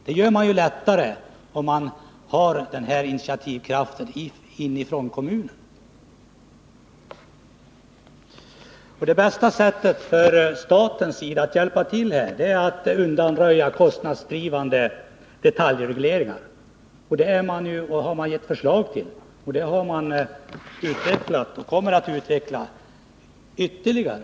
Det gör man lättare om denna initiativkraft finns i kommunerna. Det bästa sättet för staten att hjälpa till är att undanröja kostnadsdrivande detaljregleringar. Sådana förslag har framförts och utvecklats och kommer att utvecklas ytterligare.